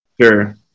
Sure